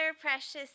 precious